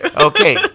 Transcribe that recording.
Okay